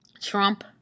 Trump